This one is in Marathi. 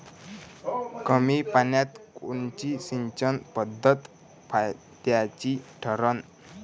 कमी पान्यात कोनची सिंचन पद्धत फायद्याची ठरन?